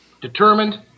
determined